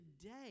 today